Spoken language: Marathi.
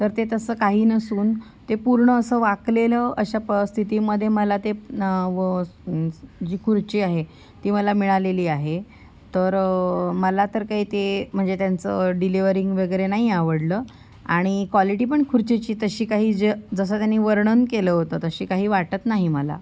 तर ते तसं काही नसून ते पूर्ण असं वाकलेलं अशा परस्थितीमध्ये मला ते ना व जी खुर्ची आहे ती मला मिळालेली आहे तर मला तर काय ते म्हणजे त्यांचं डिलेवरींग वगैरे नाही आवडलं आणि क्वालिटी पण खुर्चीची तशी काही ज जसं त्यांनी वर्णन केलं होतं तशी काही वाटत नाही मला